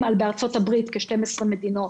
בארצות הברית משתמשות בה 12 מדינות,